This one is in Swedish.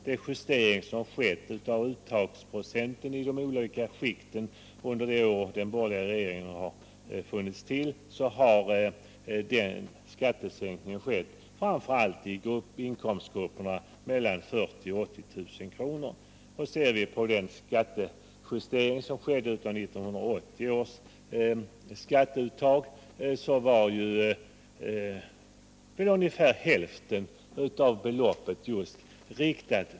Den justering som har skett av uttagsprocenten i de olika skikten under de borgerliga regeringarnas tid har medfört skattesänkningar för framför allt inkomstgrupperna mellan 40 000 och 80 000 kr.